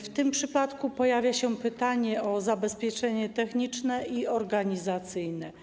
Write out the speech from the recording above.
W tym przypadku pojawia się pytanie o zabezpieczenie techniczne i organizacyjne.